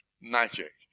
magic